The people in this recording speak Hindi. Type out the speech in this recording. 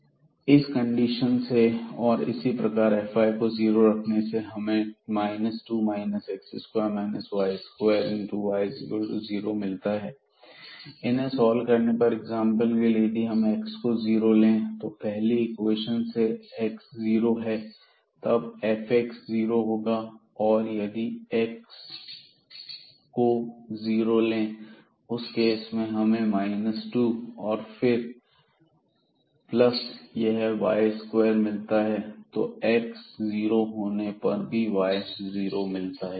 2 x0 इस कंडीशन से और इसी प्रकार fy को जीरो रखने से हमें 2 y0 मिलता है इन्हें सॉल्व करने पर एग्जांपल के लिए यदि हम x को जीरो ले तो पहली इक्वेशन से x जीरो है तब fx 0 होगा और यदि x को जीरो ले उस केस में हमें 2 और फिर प्लस यह y स्क्वायर मिलता है तो x 0 होने पर y भी जीरो मिलता है